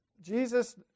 Jesus